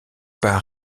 pas